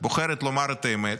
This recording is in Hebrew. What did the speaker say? לומר את האמת,